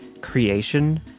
creation